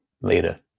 later